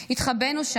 התחבאנו שם,